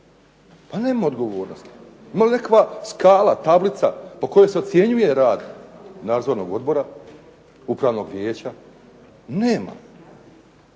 Pa nema odgovornosti. Ima li neka skala, tablica po kojoj se ocjenjuje rad nadzornog odbora, upravnog vijeća? Nema.